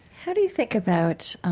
how do you think about